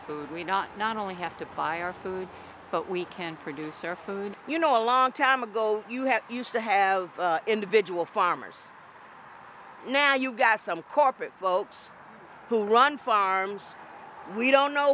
food we not not only have to fire food but we can produce our food you know a long time ago you have used to have individual farmers now you've got some corporate folks who run farms we don't know